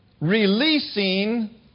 releasing